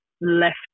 left